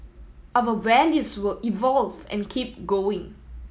our values will evolve and keep going